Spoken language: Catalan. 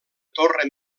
torre